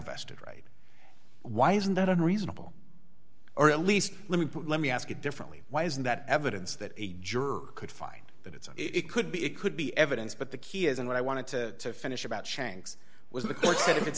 vested right why isn't that unreasonable or at least let me let me ask it differently why isn't that evidence that a juror could find that it's a it could be it could be evidence but the key is in what i wanted to finish about shanks was the court's if it's